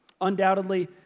Undoubtedly